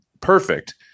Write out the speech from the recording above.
perfect